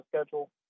schedule